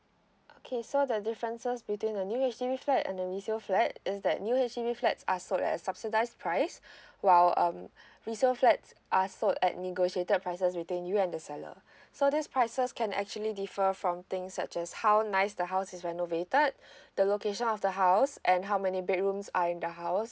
okay so the differences between the new H_D_B flat and the resale flat is that new H_D_B flats are sold at subsidised price while um resale flats are sold at negotiated prices between you and the seller so these prices can actually differ from things such as how nice the house is renovated the location of the house and how many bedrooms are in the house